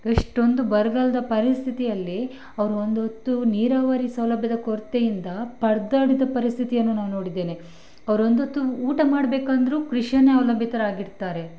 ಎಷ್ಟೊಂದು ಬರಗಾಲ್ದ ಪರಿಸ್ಥಿತಿಯಲ್ಲಿ ಅವ್ರು ಒಂದು ಹೊತ್ತು ನೀರಾವರಿ ಸೌಲಭ್ಯದ ಕೊರತೆಯಿಂದ ಪರದಾಡಿದ ಪರಿಸ್ಥಿಯನ್ನು ನಾನು ನೋಡಿದ್ದೇನೆ ಅವ್ರು ಒಂದು ಹೊತ್ತು ಊಟ ಮಾಡಬೇಕಂದ್ರೂ ಕೃಷಿಯನ್ನೇ ಅವಲಂಬಿತರಾಗಿರ್ತಾರೆ